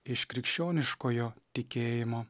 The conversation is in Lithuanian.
iš krikščioniškojo tikėjimo